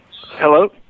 Hello